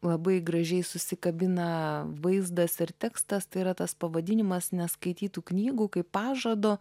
labai gražiai susikabina vaizdas ir tekstas tai yra tas pavadinimas neskaitytų knygų kaip pažado